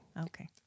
Okay